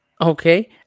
Okay